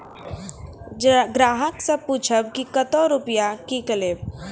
ग्राहक से पूछब की कतो रुपिया किकलेब?